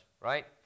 right